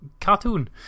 cartoon